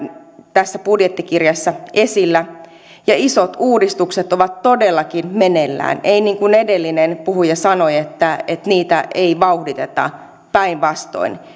tässä budjettikirjassa esillä ja isot uudistukset ovat todellakin meneillään ei niin kuin edellinen puhuja sanoi että että niitä ei vauhditeta päinvastoin